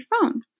phone